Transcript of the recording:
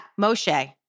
Moshe